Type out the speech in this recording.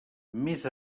més